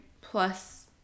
plus